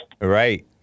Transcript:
Right